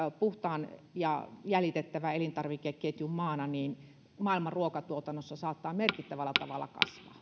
puhtaan ja jäljitettävän elintarvikeketjun maana maailman ruokatuotannossa saattaa merkittävällä tavalla